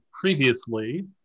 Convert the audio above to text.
previously